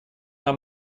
нам